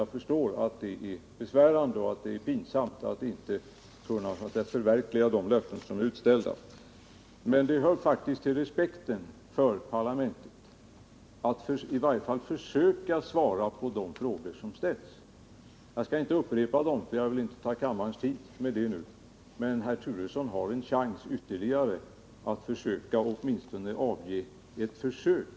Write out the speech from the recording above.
Jag förstår att det är besvärande och pinsamt att inte förbättra kollektiv kunna förverkliga de vallöften som ställs ut. Men det hör faktiskt till respekten för parlamentet att i varje fall försöka svara på de frågor som ställs. Jag skall inte upprepa dem, eftersom jag inte vill ta kammarens tid i anspråk för det nu, men herr Turesson har ytterligare en chans att åtminstone försöka ge ett svar.